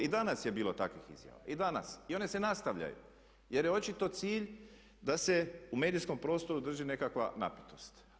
I danas je bilo takvih izjava i danas i one se nastavljaju, jer je očito cilj da se u medijskom prostoru drži nekakva napetost.